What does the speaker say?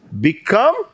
become